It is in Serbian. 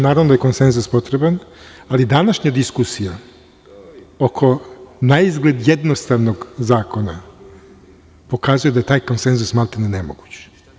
Naravno da je konsenzus potreban, ali današnja diskusija oko naizgled jednostavnog zakona, pokazuje da je taj konsenzus maltene nemoguć.